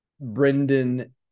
Brendan